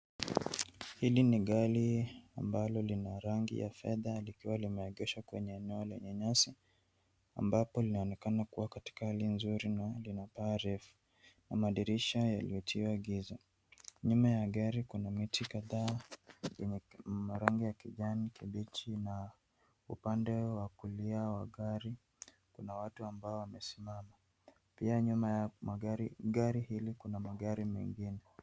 Hili ni gari ambalo lina rangi ya fedha likiwa limeegeshwa kwenye eneo lenye nyasi ambapo linaonekana kuwa katika hali nzuri na paa refu na madirisha yaliyotiwa giza. Nyuma ya gari kuna miti kadhaa yenye rangi ya kijani kibichi na upande wa kulia wa gari kuna watua ambao wamesimama. Pia nyuma ya gari hili kuna magari mengine.